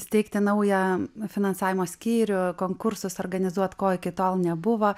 steigti naują finansavimo skyrių konkursus organizuot ko iki tol nebuvo